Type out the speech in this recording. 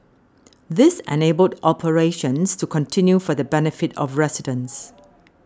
this enabled operations to continue for the benefit of residents